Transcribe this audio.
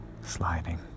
sliding